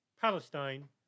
Palestine